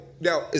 now